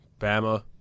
Bama